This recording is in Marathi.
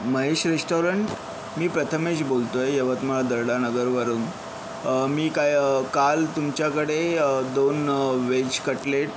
महेश रेस्टॉरंट मी प्रथमेश बोलतो आहे यवतमाळ दर्डानगरवरून मी काय काल तुमच्याकडे दोन वेज कटलेट